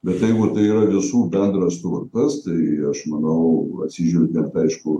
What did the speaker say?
bet jeigu tai yra visų bendras turtas tai aš manau atsižvelgiant aišku